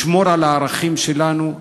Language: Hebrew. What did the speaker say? לשמור על הערכים שלנו,